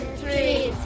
three